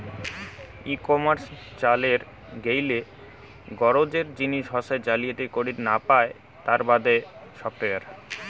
ই commerce চালের গেইলে গরোজের জিনিস হসে জালিয়াতি করির না পায় তার বাদে সফটওয়্যার